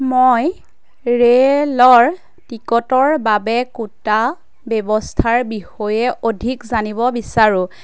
মই ৰেলৰ টিকটৰ বাবে কোটা ব্যৱস্থাৰ বিষয়ে অধিক জানিব বিচাৰোঁ